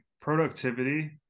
productivity